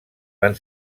van